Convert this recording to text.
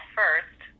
first